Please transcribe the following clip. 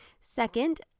Second